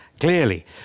Clearly